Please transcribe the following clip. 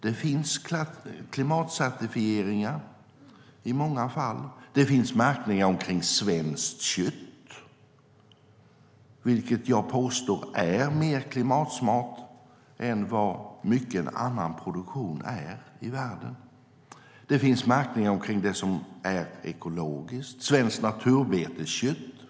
Det finns klimatcertifieringar, märkningar för svenskt kött - vilket jag påstår är mer klimatsmart än mycket annan produktion i världen - och märkningar för ekologiskt, såsom svenskt naturbeteskött.